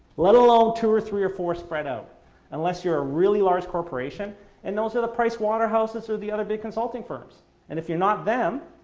let alone two or three or four spread out unless you're a really large corporation and those are the price waterhouses or the other big consulting firms and if you're not them,